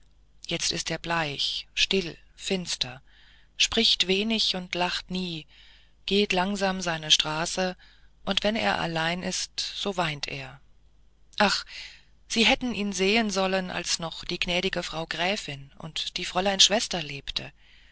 jetzt ist er bleich still finster spricht wenig und lacht nie geht langsam seine straße und wenn er allein ist so weint er ach sie hätten ihn sehen sollen als noch die gnädige frau gräfin und die fräulein schwester lebten